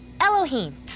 Elohim